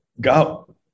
go